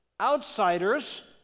Outsiders